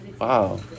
Wow